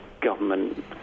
government